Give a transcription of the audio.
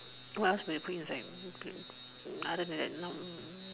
what else would you put inside okay other than long